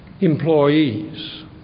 employees